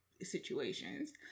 situations